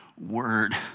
word